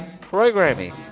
programming